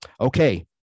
Okay